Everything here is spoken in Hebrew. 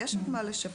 אז יש עוד מה לשפר.